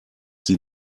sie